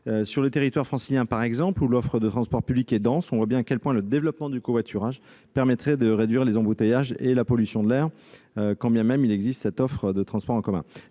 Sur le territoire francilien, par exemple, où l'offre de transports publics est dense, on voit bien à quel point le développement du covoiturage permettrait de réduire les embouteillages et la pollution de l'air. L'expérimentation « Tous ensemble pour le covoiturage », menée